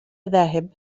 ذاهب